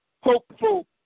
hopeful